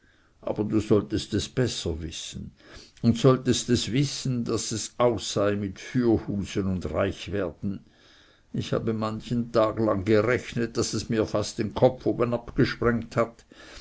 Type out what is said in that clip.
aber du solltest es besser wissen und solltest es wissen daß es aus sei mit fürhusen und reichwerden ich habe manchen tag lang gerechnet daß es mir fast den kopf obenabgesprengt hat